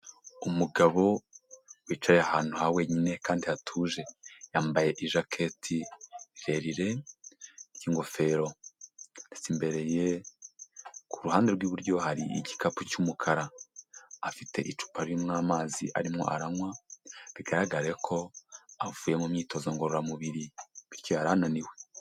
Umugabo wicaye ahantu ha wenyine kandi hatuje, yambaye ijaketi ririre ry'ingofero, ndetse imbere ye kuruhande rwiburyo hari igikapu cyumukara afite icupa ririmo amazi arimo aranywa, bigaragare ko avuye mu myitozo ngororamubiri bityo yari ananiwe.